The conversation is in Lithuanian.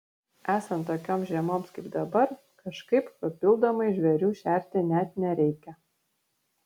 esant tokioms žiemoms kaip dabar kažkaip papildomai žvėrių šerti net nereikia